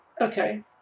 Okay